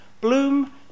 Bloom